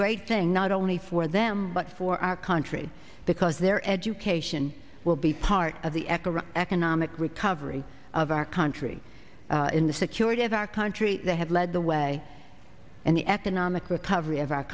great thing not only for them but for our country because their education will be part of the eco economic recovery of our country in the security of our country they have led the way in the economic recovery of our